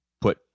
put